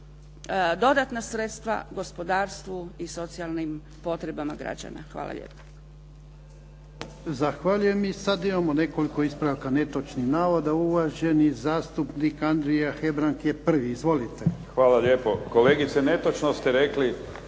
dodatna sredstva gospodarstvu i socijalnim potrebama građana. Hvala lijepo.